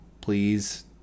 please